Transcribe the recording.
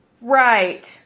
Right